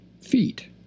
feet